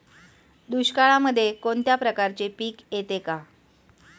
दुष्काळामध्ये कोणत्या प्रकारचे पीक येते का?